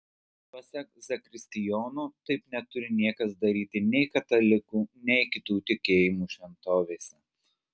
pasak zakristijono taip neturi niekas daryti nei katalikų nei kitų tikėjimų šventovėse